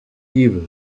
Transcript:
evil